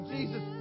Jesus